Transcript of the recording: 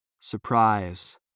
Surprise